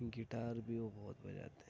guitar بھی وہ بہت بجاتے ہیں